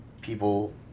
people